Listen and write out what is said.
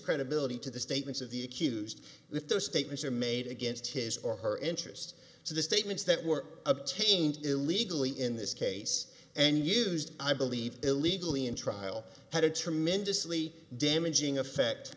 credibility to the statements of the accused if those statements are made against his or her interest so the statements that were obtained illegally in this case and used i believe illegally in trial had a tremendously damaging effect